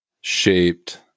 shaped